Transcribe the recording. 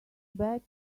bet